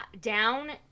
down